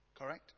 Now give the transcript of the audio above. Correct